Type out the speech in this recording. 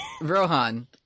Rohan